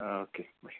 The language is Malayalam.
ആ ഓക്കെ ബൈ